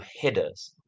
headers